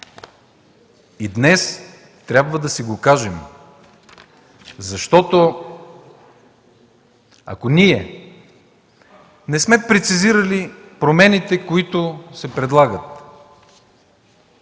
Днес трябва да си го кажем – ако ние не сме прецизирали промените, които се предлагат,